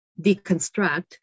deconstruct